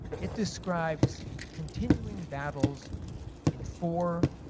it describes continuing battles in four,